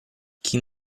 chi